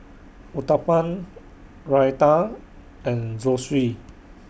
Uthapam Raita and Zosui